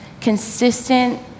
consistent